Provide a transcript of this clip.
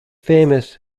famous